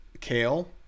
Kale